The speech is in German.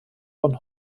von